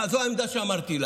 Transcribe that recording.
זאת העמדה שאמרתי.